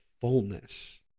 fullness